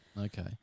Okay